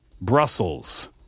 Brussels